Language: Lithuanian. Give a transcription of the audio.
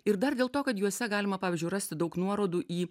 ir dar dėl to kad juose galima pavyzdžiui rasti daug nuorodų į